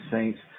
Saints